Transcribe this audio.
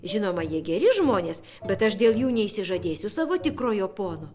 žinoma jie geri žmonės bet aš dėl jų neišsižadėsiu savo tikrojo pono